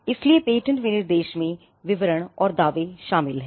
इसलिए पेटेंट विनिर्देश में विवरण और दावे शामिल हैं